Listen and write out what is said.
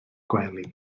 gwely